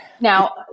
Now